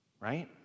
right